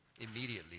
immediately